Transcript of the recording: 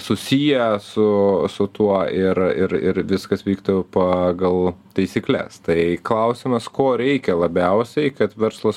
susiję su su tuo ir ir ir viskas vyktų pagal taisykles tai klausimas ko reikia labiausiai kad verslas